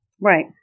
Right